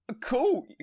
cool